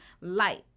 light